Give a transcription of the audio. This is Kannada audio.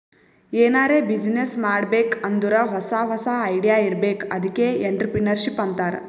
ಎನಾರೇ ಬಿಸಿನ್ನೆಸ್ ಮಾಡ್ಬೇಕ್ ಅಂದುರ್ ಹೊಸಾ ಹೊಸಾ ಐಡಿಯಾ ಇರ್ಬೇಕ್ ಅದ್ಕೆ ಎಂಟ್ರರ್ಪ್ರಿನರ್ಶಿಪ್ ಅಂತಾರ್